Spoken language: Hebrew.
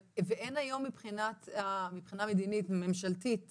ואין היום מבחינה מדינית או ממשלתית